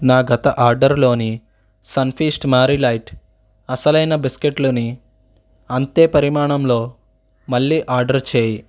నా గత ఆడరులోని సన్ఫీస్ట్ మారీ లైట్ అసలైన బిస్కెట్లుని అంతే పరిమాణంలో మళ్ళీ ఆడర్ చెయ్యి